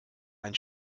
ein